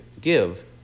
give